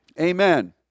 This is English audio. Amen